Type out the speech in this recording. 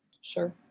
sure